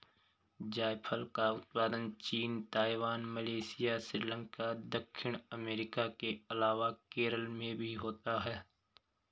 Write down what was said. जायफल का उत्पादन चीन, ताइवान, मलेशिया, श्रीलंका, दक्षिण अमेरिका के अलावा केरल में भी होता है